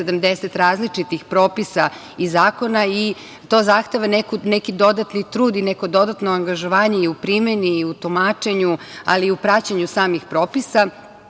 270 različitih propisa i zakona i to zahteva neki dodatni trud i neko dodatno angažovanje i u primeni i u tumačenju, ali i u praćenju samih propisa.